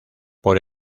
por